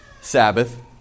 Sabbath